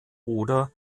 oder